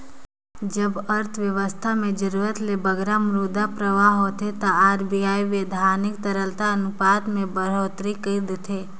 जब अर्थबेवस्था में जरूरत ले बगरा मुद्रा परवाह होथे ता आर.बी.आई बैधानिक तरलता अनुपात में बड़होत्तरी कइर देथे